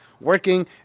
working